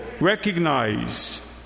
recognize